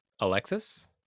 Alexis